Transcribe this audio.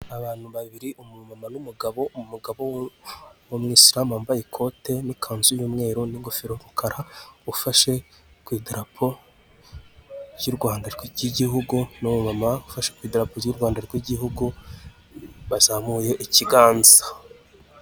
Abantu babiri umumama n'umugabo, umugabo w'umwisiramu wambaye ikote n'ikanzu y'umweru n'ingofero y'umukara ufashe ku idarapo ry'u Rwanda ry'igihugu, n'umumama ufashe ku idarapo ry'u Rwanda rw'igihugu bazamuye ikiganza.